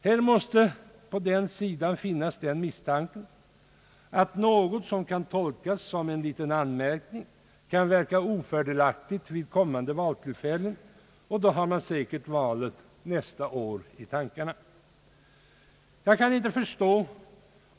Här måste på den sidan finnas misstanken att något som kan tolkas som en liten anmärkning kan verka ofördelaktigt vid kommande valtillfällen — och då har man säkert valet nästa år i tankarna.